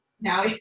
Now